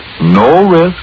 no-risk